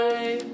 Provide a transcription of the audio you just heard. Bye